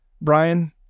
Brian